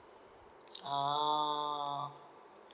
ah